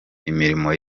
imirimo